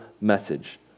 message